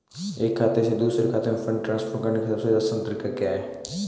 एक खाते से दूसरे खाते में फंड ट्रांसफर करने का सबसे आसान तरीका क्या है?